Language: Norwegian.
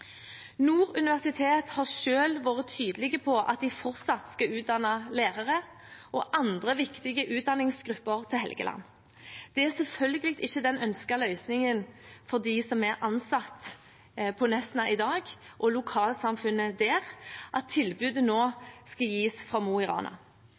Nord universitet har selv vært tydelig på at de fortsatt skal utdanne lærere og andre viktige utdanningsgrupper til Helgeland. Det er selvfølgelig ikke den ønskede løsningen for de som er ansatt på Nesna i dag, og lokalsamfunnet der, at tilbudet